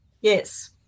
Yes